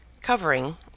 covering